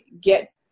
get